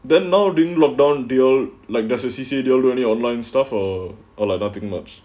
then now during lockdown deal like does the C_C_A they are learning online stuff or or lah nothing much